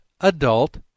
adult